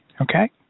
Okay